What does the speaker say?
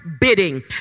bidding